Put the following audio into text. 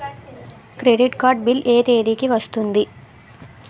Credit card bill ఎ తేదీ కి వస్తుంది?